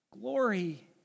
glory